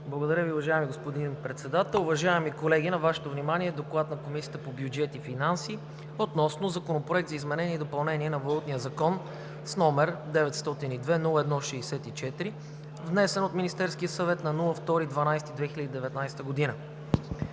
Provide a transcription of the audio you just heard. Благодаря Ви, уважаеми господин Председател. Уважаеми колеги, на Вашето внимание е „ДОКЛАД на Комисията по бюджет и финанси относно Законопроект за изменение и допълнение на Валутния закон, № 902-01-64, внесен от Министерския съвет на 2 декември